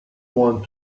want